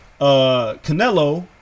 Canelo